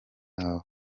yabo